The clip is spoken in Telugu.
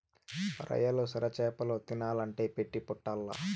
రొయ్యలు, సొరచేపలు తినాలంటే పెట్టి పుట్టాల్ల